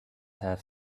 have